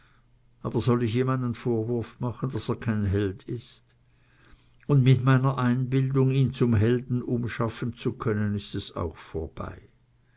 aber soll ich ihm einen vorwurf machen daß er kein held ist und mit meiner einbildung ihn zum helden umschaffen zu können ist es auch vorbei